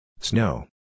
Snow